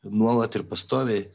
nuolat ir pastoviai